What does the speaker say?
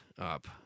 up